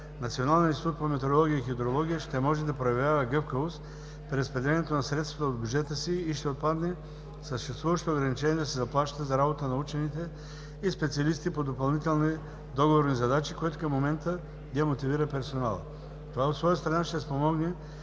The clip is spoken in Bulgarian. Националният институт по метеорология и хидрология ще може да проявява гъвкавост при разпределението на средствата от бюджета си и ще отпадне съществуващото ограничение да се заплаща за работата на учените и специалистите по допълнителни договорни задачи, което към момента демотивира персонала. Това от своя страна ще спомогне